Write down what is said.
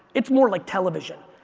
it's more like television.